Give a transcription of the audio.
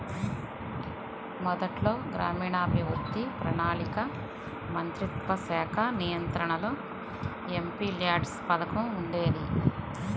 మొదట్లో గ్రామీణాభివృద్ధి, ప్రణాళికా మంత్రిత్వశాఖ నియంత్రణలో ఎంపీల్యాడ్స్ పథకం ఉండేది